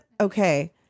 okay